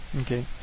Okay